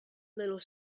little